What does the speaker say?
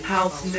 House